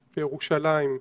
בירושלים,